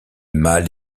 mâle